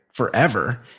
forever